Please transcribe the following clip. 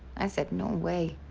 i said no way.